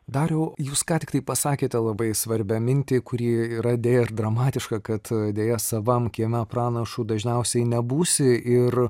dariau jūs ką tik tai pasakėte labai svarbią mintį kuri yra deja ir dramatiška kad deja savam kieme pranašu dažniausiai nebūsi ir